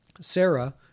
Sarah